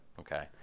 Okay